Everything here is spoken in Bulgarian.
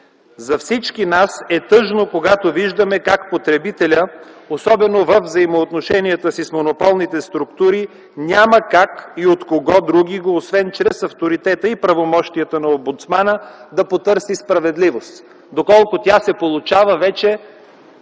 За всички нас е тъжно, когато виждаме как потребителят, особено във взаимоотношенията си с монополните структури, няма как и от кого другиго, освен чрез авторитета и правомощията на омбудсмана, да потърси справедливост. Доколко тя се получава е